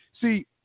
See